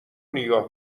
نیگا